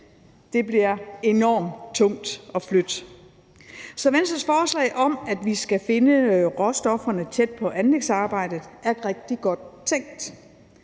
Det bliver enormt tungt at flytte. Så Venstres forslag om, at vi skal finde råstofferne tæt på anlægsarbejdet, er rigtig godt tænkt.